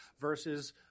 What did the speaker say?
versus –